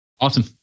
Awesome